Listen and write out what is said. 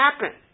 happen